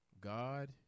God